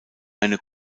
eine